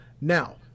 Now